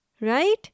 right